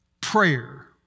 prayer